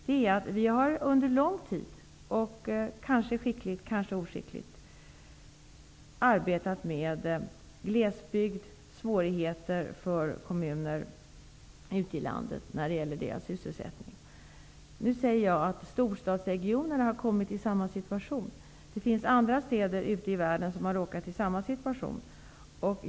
Vi har ju under lång tid -- skickligt eller oskickligt -- arbetat med frågor som rör glesbygden och svårigheterna för kommuner ute i landet när det gäller sysselsättningen. Nu vill jag säga att storstadsregionerna har hamnat i samma situation. Också andra städer ute i världen har råkat i den här situationen.